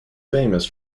famous